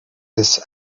this